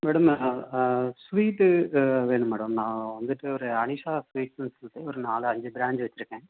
madam நான் sweet வேணும் madam நான் வந்துட்டு ஒரு அனிஷா பேக்கர்ஸ்னு சொல்லிட்டு ஒரு நாலு அஞ்சு ப்ரான்ச்சு வெச்சுருக்கேன்